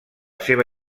seva